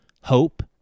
hope